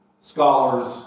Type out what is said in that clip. Scholars